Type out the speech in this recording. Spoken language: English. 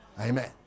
Amen